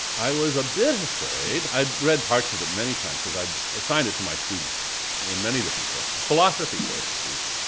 i was a bit afraid. i'd read parts of it many times because i'd assigned it to my students in many different courses, philosophy courses even.